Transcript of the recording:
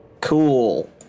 Cool